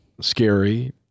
scary